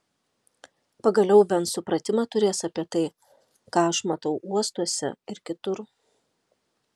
pagaliau bent supratimą turės apie tai ką aš matau uostuose ir kitur